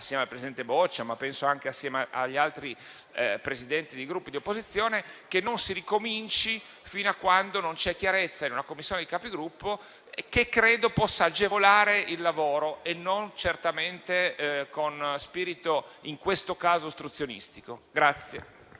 assieme al presidente Boccia, ma penso anche assieme agli altri Presidenti dei Gruppi di opposizione, che non si ricominci fino a quando non venga fatta chiarezza in sede di Conferenza dei Capigruppo, che credo possa agevolare il lavoro e non certamente con spirito, in questo caso, ostruzionistico.